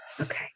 Okay